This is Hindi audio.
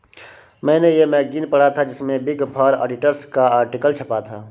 मेने ये मैगज़ीन पढ़ा था जिसमे बिग फॉर ऑडिटर्स का आर्टिकल छपा था